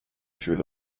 through